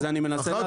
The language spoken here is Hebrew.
אז אני מנסה להסביר.